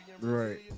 right